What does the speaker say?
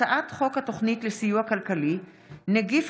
הצעת חוק התוכנית הכלכלית (תיקוני חקיקה